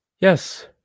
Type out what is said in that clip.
yes